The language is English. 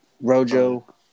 Rojo